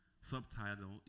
Subtitle